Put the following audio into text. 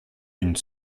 une